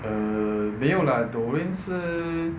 err 没有 lah doreen 是